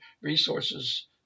resources